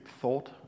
thought